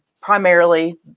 primarily